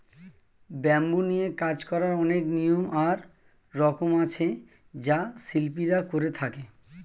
bamboo নিয়ে কাজ করার অনেক নিয়ম আর রকম আছে যা শিল্পীরা করে থাকে